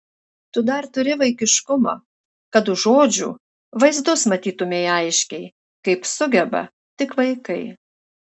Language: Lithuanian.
tu dar turi vaikiškumo kad už žodžių vaizdus matytumei aiškiai kaip sugeba tik vaikai